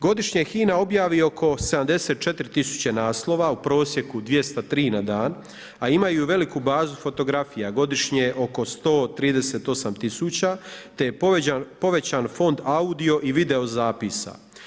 Godišnje HINA objavi oko 74 tisuće naslova, u prosjeku 203 na dan, a imaju i veliku bazu fotografija, godišnje oko 138 tisuća, te je povećan fond audio i video zapisa.